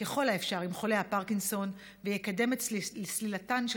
עם חולי הפרקינסון ויקדם את סלילתן של